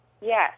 Yes